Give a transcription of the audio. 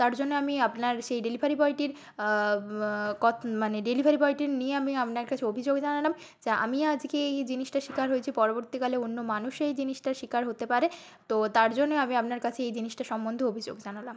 তার জন্য আমি আপনার সেই ডেলিভারি বয়টির মানে ডেলিভারি বয়টির নিয়ে আমি আপনার কাছে অভিযোগ জানালাম যা আমি আজকে এই জিনিসটার শিকার হয়েছি পরবর্তীকালে অন্য মানুষ এই জিনিসটার শিকার হতে পারে তো তার জন্যেই আমি আপনার কাছে এই জিনিসটার সম্বন্ধে অভিযোগ জানালাম